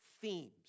themes